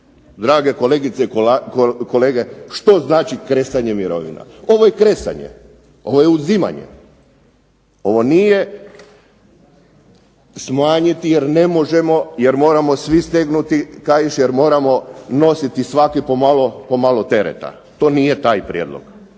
drage kolegice i kolege što znači kresanje mirovina. Ovo je kresanje, ovo je uzimanje. Ovo nije smanjiti jer ne možemo, jer moramo svi stegnuti kaiš, jer moramo nositi svaki po malo tereta. To nije taj prijedlog.